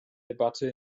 debatte